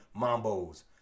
mambos